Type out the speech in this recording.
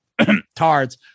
Tards